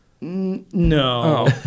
No